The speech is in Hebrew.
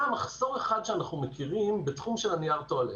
היה מחסור אחד שאנחנו מכירים בתחום נייר הטואלט.